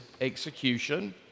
execution